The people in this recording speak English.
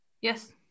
Yes